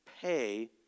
pay